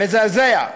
מזעזע.